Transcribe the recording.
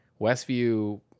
westview